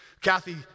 Kathy